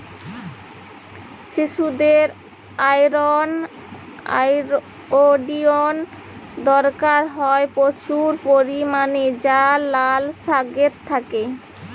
শিশুদের iron, iodine দরকার হয় প্রচুর পরিমাণে যা লাল শাকে থাকে